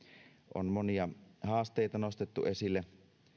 on monia haasteita nostettu esille